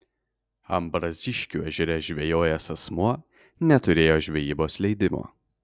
ambraziškių ežere žvejojęs asmuo neturėjo žvejybos leidimo